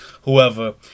whoever